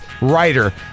writer